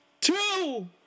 Two